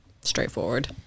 straightforward